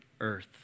earth